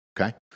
okay